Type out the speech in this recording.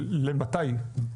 למתי?